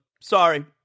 Sorry